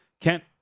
Kent